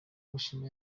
gushima